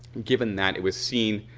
given that it was seen